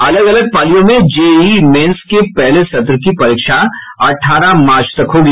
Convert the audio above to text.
अलग अलग पालियों में जेईई मेंस के पहले सत्र की परीक्षा अठारह मार्च तक होगी